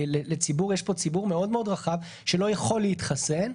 יש פה ציבור מאוד רחב שלא יכול להתחסן.